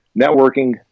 networking